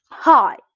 Hi